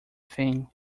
thing